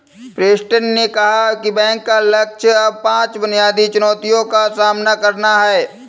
Preston ने कहा कि बैंक का लक्ष्य अब पांच बुनियादी चुनौतियों का सामना करना है